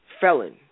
felon